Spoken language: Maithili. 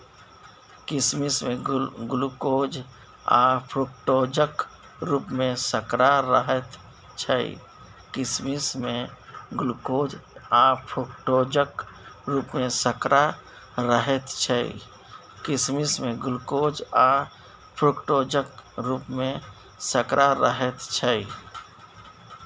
किसमिश मे ग्लुकोज आ फ्रुक्टोजक रुप मे सर्करा रहैत छै